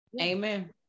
Amen